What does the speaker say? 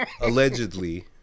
allegedly